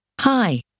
Hi